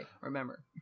Remember